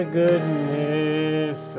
goodness